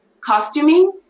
costuming